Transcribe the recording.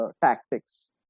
tactics